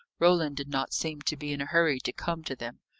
roland did not seem to be in a hurry to come to them.